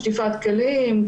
שטיפת כלים,